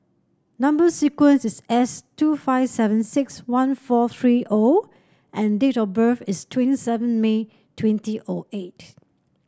number sequence is S two five seven six one four three O and date of birth is twenty seven May twenty O eight